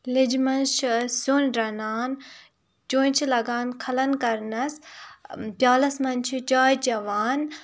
لیجہِ منٛز چھِ أسۍ سیُن رَنان چونچہِ لگان کھلن کرنَس پیالس منٛز چھِ چاے چیٚوان